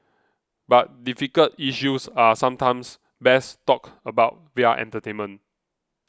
but difficult issues are sometimes best talked about via entertainment